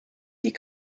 die